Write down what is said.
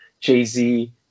jay-z